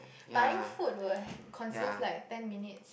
buying food were consist like ten minutes